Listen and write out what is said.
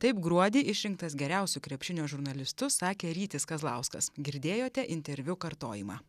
taip gruodį išrinktas geriausiu krepšinio žurnalistu sakė rytis kazlauskas girdėjote interviu kartojimą